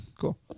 cool